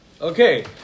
Okay